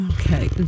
Okay